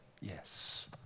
yes